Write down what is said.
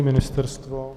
Ministerstvo?